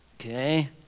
Okay